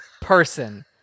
person